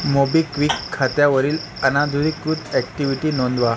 MobiKwik खात्यावरील अनधिकृत activity नोंदवा